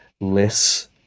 less